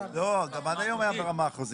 לא, גם עד היום היה ברמה חוזית.